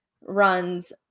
runs